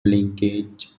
linkage